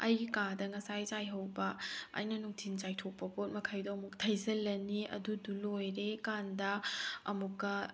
ꯑꯩꯒꯤ ꯀꯥꯗ ꯉꯁꯥꯏ ꯆꯥꯏꯍꯧꯕ ꯑꯩꯅ ꯅꯨꯡꯊꯤꯜ ꯆꯥꯏꯊꯣꯛꯄ ꯄꯣꯠ ꯃꯈꯩꯗꯣ ꯑꯃꯨꯛ ꯊꯩꯖꯤꯜꯂꯅꯤ ꯑꯗꯨꯗꯨ ꯂꯣꯏꯔꯦ ꯀꯥꯟꯗ ꯑꯃꯨꯛꯀ